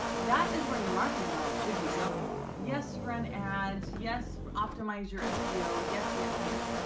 that is where your marketing dollars should be going! yes, run ads. yes, optimize your ah seo. yes. yes. yes.